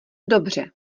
dobře